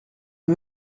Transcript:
une